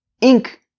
ink